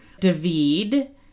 David